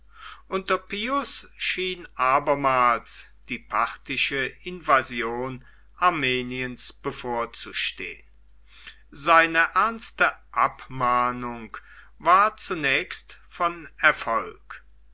unter pius schien abermals die parthische invasion armeniens bevorzustehen seine ernste abmahnung war zunächst von erfolg